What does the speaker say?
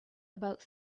about